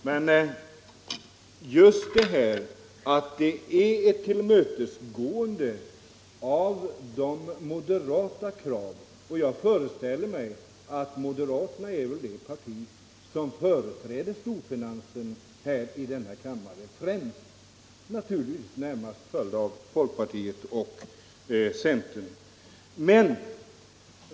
Men här är det fråga om ett tillmötesgående av moderata krav, och jag föreställer mig att moderaterna är det parti som främst företräder storfinansen i denna kammare, närmast följt av folkpartiet och centern.